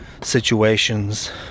situations